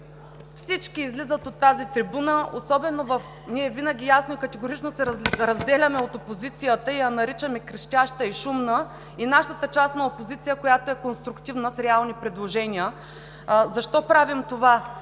всички излизат на тази трибуна, особено ние, винаги ясно и категорично се разделяме от опозицията и я наричаме крещяща и шумна – и нашата част е опозиция, която е конструктивна, с реални предложения. Защо правим това?